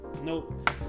nope